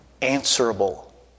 answerable